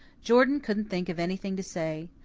jordan couldn't think of anything to say.